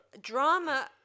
drama